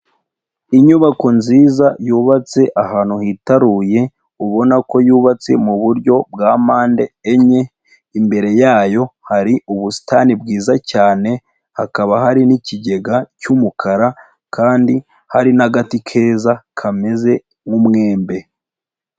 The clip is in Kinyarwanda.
Inyubako nziza yubatse ahantu hitaruye ubona ko yubatse mu buryo bwa mpande enye, imbere yayo hari ubusitani bwiza cyane, hakaba hari n'ikigega cy'umukara kandi hari n'agati keza kameze nk'umwembe.